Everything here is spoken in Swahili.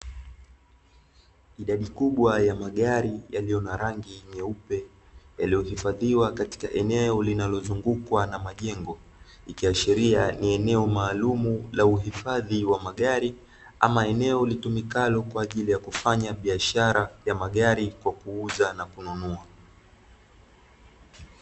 idadi kubwa ya magari yaliyo na rangi nyeupe yaliyohifadhiwa katika eneo linalozungukwa na majengo , ikiashiria ni eneo maalumu la uhifadhi wa magari amaeneo litumikalo kwa ajili ya kufanya biashara ya magari kwa kuuza na kununua